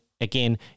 again